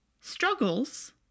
struggles